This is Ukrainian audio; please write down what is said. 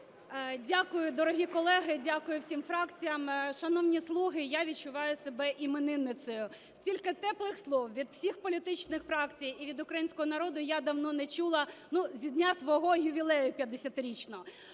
Дякую, дорогі колеги, дякую всім фракціям. Шановні "слуги", я відчуваю себе іменинницею. Стільки теплих слів від всіх політичних фракцій і від українського народу я давно не чула з дня свого ювілею 50-річного.